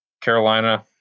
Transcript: Carolina